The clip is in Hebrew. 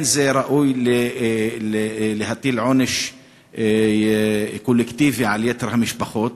לא ראוי להטיל עונש קולקטיבי על יתר המשפחות.